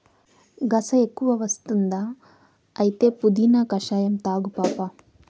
గస ఎక్కువ వస్తుందా అయితే పుదీనా కషాయం తాగు పాపా